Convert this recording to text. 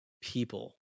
people